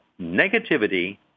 negativity